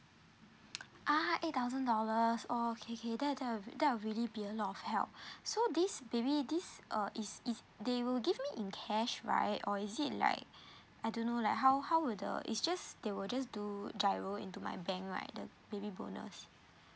ah eight thousand dollars oh okay okay that that that will really be a lot of help so this baby this uh is is they will give me in cash right or is it like I don't know like how how will the is just they will just do giro into my bank right the baby bonus